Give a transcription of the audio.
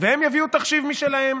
יביאו תחשיב משלהם,